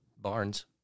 Barnes